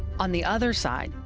on the other side,